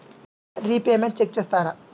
Repayments check చేస్తారా?